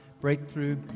breakthrough